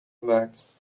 gemaakt